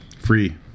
Free